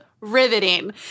riveting